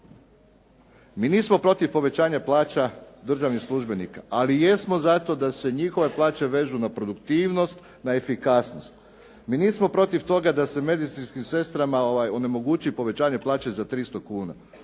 Mi nismo protiv povećanja plaća državnih službenika, ali jesmo zato da se njihove plaće vežu na produktivnost, na efikasnost. Mi nismo protiv toga da se medicinskim sestrama onemogući povećanje plaće za 300 kuna,